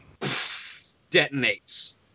detonates